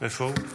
איפה הוא?